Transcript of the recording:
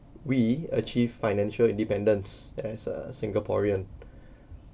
we achieve financial independence as a singaporean